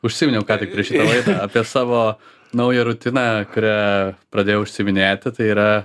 užsiminiau ką tik prieš šitą laidą apie savo naują rutiną kuria pradėjau užsiiminėti tai yra